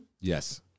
Yes